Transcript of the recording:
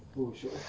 !woo! shiok ah